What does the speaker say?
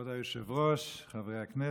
כבוד היושב-ראש, חברי הכנסת,